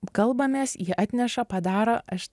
kalbamės jie atneša padaro aš